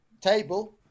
table